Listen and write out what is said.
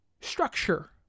structure